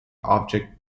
object